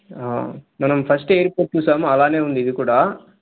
మనం first airport చూసాము అలానే ఉంది ఇది కూడా